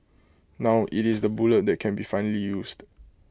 now IT is the bullet that can be finally used